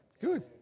good